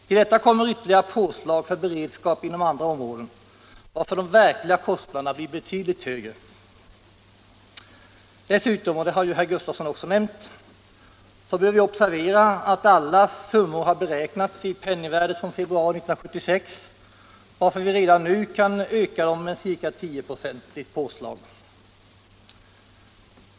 Till detta kommer ytterligare påslag för beredskap inom andra områden, varför de verkliga kostnaderna blir betydligt högre. Dessutom — och det höll ju herr Gustavsson med om — bör vi observera att alla summor har beräknats i penningvärdet från februari 1976, varför vi redan nu kan behöva öka dem med ett tioprocentigt påslag.